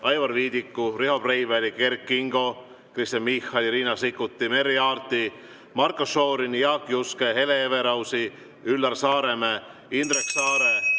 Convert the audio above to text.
Aivar Viidiku, Riho Breiveli, Kert Kingo, Kristen Michali, Riina Sikkuti, Merry Aarti, Marko Šorini, Jaak Juske, Hele Everausi, Üllar Saaremäe, Indrek Saare,